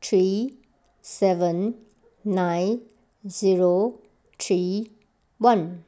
three seven nine zero three one